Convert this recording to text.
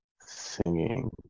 singing